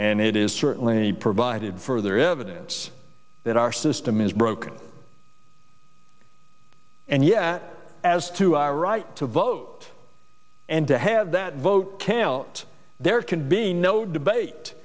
and it is certainly provided further evidence that our system is broken and yet as to our right to vote and to have that vote count there can be no debate